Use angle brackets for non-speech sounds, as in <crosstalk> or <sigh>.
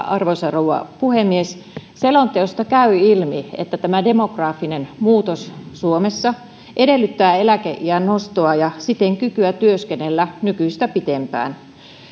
<unintelligible> arvoisa rouva puhemies selonteosta käy ilmi että demografinen muutos suomessa edellyttää eläkeiän nostoa ja siten kykyä työskennellä nykyistä pitempään